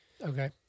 Okay